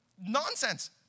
nonsense